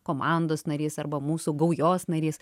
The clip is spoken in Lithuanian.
komandos narys arba mūsų gaujos narys